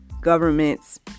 governments